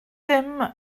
dim